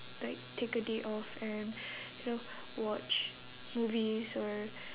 like take a day off and you know watch movies or